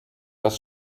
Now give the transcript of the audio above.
das